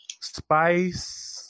Spice